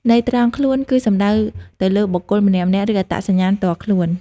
ន័យត្រង់ ខ្លួន គឺសំដៅទៅលើ បុគ្គលម្នាក់ៗ ឬ អត្តសញ្ញាណផ្ទាល់ខ្លួន។